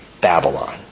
Babylon